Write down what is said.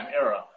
era